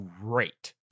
great